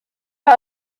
are